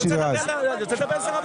אני רוצה לדבר עם שר הביטחון על זה.